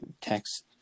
text